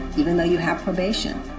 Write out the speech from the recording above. even though you have probation,